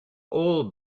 all